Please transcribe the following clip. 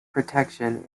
protection